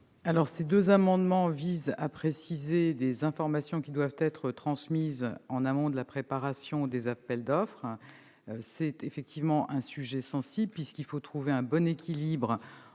Ces deux amendements visent à préciser les informations qui doivent être transmises en amont de la préparation des appels d'offres. Il s'agit bel et bien d'un sujet sensible : il faut trouver un bon équilibre